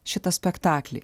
šitą spektaklį